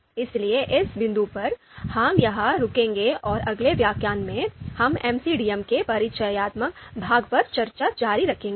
तो इस समय हम यहां रुकेंगे और अगले व्याख्यान में हम एमसीडीएम के परिचयात्मक भाग पर चर्चा जारी रखेंगे